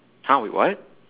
!huh! wait what